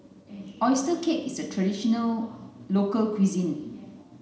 Oyster cake is a traditional local cuisine